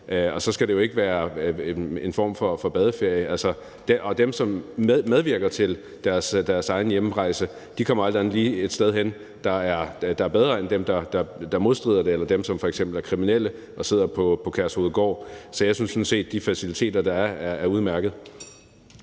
Og så skal det jo ikke være en form for badeferie. Og dem, som medvirker til deres egen hjemrejse, kommer alt andet lige et sted hen, der er bedre end for dem, der modsætter sig det, eller dem, der f.eks. er kriminelle og sidder på Kærshovedgård. Så jeg synes sådan set, at de faciliteter, der er, er udmærkede.